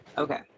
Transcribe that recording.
Okay